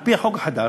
על-פי החוק החדש,